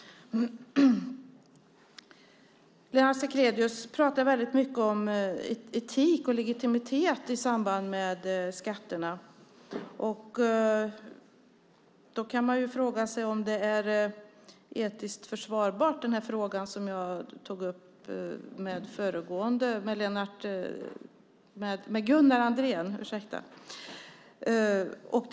Lennart Sacrédeus pratar väldigt mycket om etik och legitimitet i samband med skatterna. Då kan man fråga sig om det som jag tog upp med Gunnar Andrén är etiskt försvarbart.